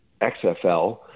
XFL –